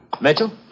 Mitchell